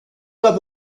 über